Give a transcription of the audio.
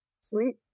Sweet